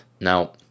Now